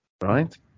right